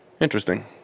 interesting